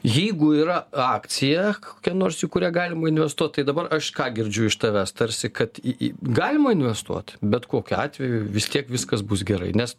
jeigu yra akcija kokia nors į kurią galima investuot tai dabar aš ką girdžiu iš tavęs tarsi kad į galima investuot bet kokiu atveju vis tiek viskas bus gerai nes